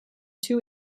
two